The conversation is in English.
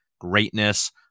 greatness